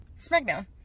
SmackDown